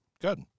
Good